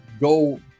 go